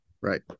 Right